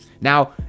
Now